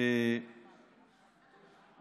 תקריא לנו אותו.